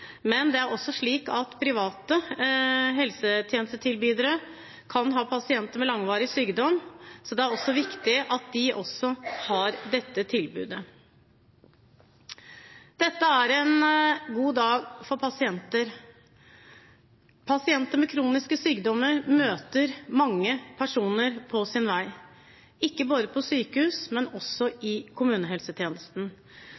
men det er også slik at private helsetjenestetilbydere kan ha pasienter med langvarig sykdom, så det er viktig at de også har dette tilbudet. Dette er en god dag for pasienter. Pasienter med kroniske sykdommer møter mange personer på sin vei, ikke bare på sykehus, men også i kommunehelsetjenesten,